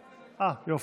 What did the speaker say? יופי.